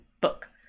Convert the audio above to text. book